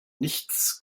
nichts